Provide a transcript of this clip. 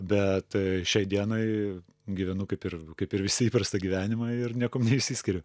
bet šiai dienai gyvenu kaip ir kaip ir visi įprastą gyvenimą ir niekuom neišsiskiriu